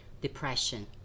depression